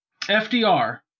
FDR